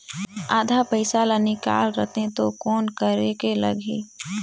आधा पइसा ला निकाल रतें तो कौन करेके लगही?